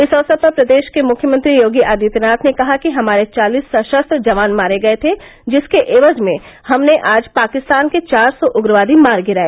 इस अवसर पर प्रदेश के मुख्यमंत्री योगी आदित्यनाथ ने कहा कि हमारे चालिस सशस्त्र जवान मारे गये थे जिसके एवज में हमने आज पाकिस्तान के चार सौ उग्रवादी मार गिराए